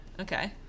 Okay